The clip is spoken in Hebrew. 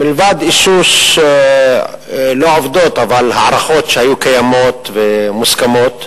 מלבד אישוש לא עובדות אבל הערכות שהיו קיימות ומוסכמות.